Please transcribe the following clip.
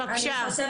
בבקשה.